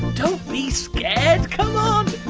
don't be scared. come on.